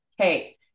Okay